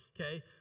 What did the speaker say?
Okay